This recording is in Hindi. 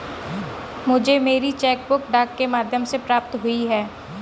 मुझे मेरी चेक बुक डाक के माध्यम से प्राप्त हुई है